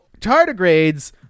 tardigrades